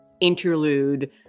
interlude